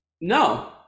No